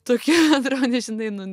tokia atro nežinai nu